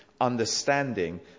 understanding